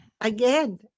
again